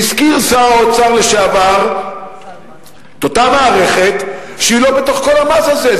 והזכיר שר האוצר לשעבר את אותה מערכת שהיא לא בתוך כל המס הזה,